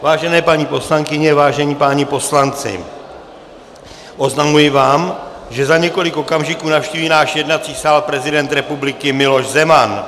Vážené paní poslankyně, vážení páni poslanci, oznamuji vám, že za několik okamžiků navštíví náš jednací sál prezident republiky Miloš Zeman.